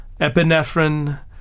Epinephrine